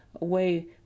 away